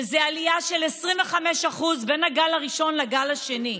וזו עלייה של 25% בין הגל הראשון לגל השני.